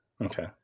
okay